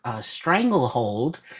stranglehold